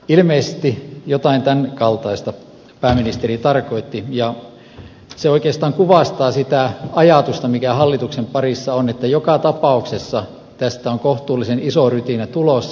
ilmeisesti jotain tämänkaltaista pääministeri tarkoitti ja se oikeastaan kuvastaa sitä ajatusta mikä hallituksen parissa on että joka tapauksessa tästä on kohtuullisen iso rytinä tulossa